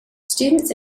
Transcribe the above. students